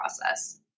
process